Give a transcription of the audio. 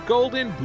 Golden